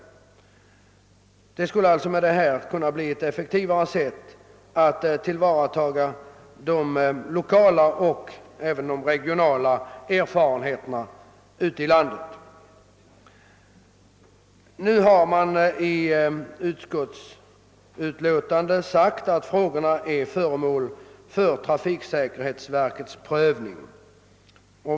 Härigenom skulle man på ett bättre sätt kunna tillvarata lokala och regionala erfarenheter. I utskottsutlåtandet framhålles att dessa frågor är föremål för trafiksäkerhetsverkets prövning.